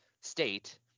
State